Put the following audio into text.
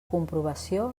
comprovació